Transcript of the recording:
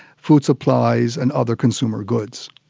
food supplies and other consumer goods.